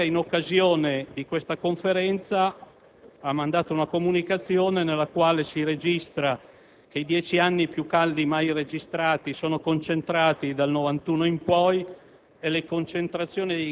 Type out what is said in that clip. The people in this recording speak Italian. La Commissione europea, in occasione di questa Conferenza, ha inviato una comunicazione nella quale si legge che i dieci anni più caldi mai registrati sono concentrati dal 1991 in poi